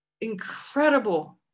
incredible